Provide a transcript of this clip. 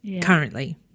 currently